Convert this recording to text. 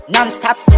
Nonstop